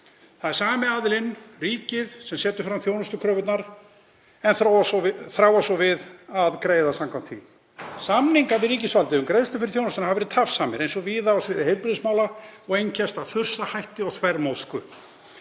Það er sami aðilinn, ríkið, sem setur fram þjónustukröfurnar en þráast svo við að greiða samkvæmt því. Samningar við ríkisvaldið um greiðslur fyrir þjónustuna hafa verið tafsamir eins og víða á sviði heilbrigðismála og einkennst af þursahætti og þvermóðsku.